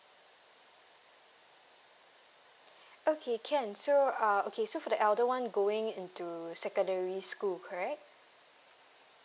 okay can so uh okay so for the elder [one] going into secondary school correct